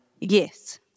Yes